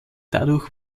dadurch